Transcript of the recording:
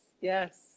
Yes